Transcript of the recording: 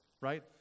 right